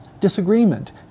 disagreement